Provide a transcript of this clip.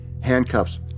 handcuffs